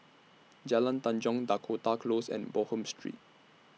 Jalan Tanjong Dakota Close and Bonham Street